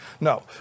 No